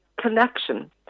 Connection